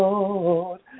Lord